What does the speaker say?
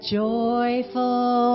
joyful